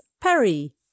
Perry